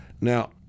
Now